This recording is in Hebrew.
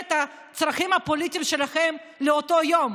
את הצרכים הפוליטיים שלכם לאותו יום.